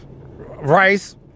rice